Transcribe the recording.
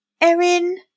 Erin